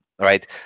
right